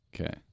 Okay